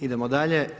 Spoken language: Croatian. Idemo dalje.